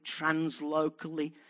translocally